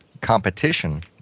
Competition